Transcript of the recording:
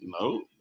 No